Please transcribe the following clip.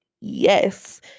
yes